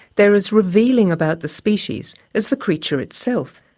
they are as revealing about the species as the creature itself.